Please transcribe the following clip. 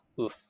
Oof